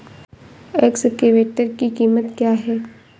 Excavator की कीमत क्या है?